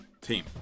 Team